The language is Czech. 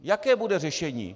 Jaké bude řešení?